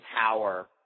power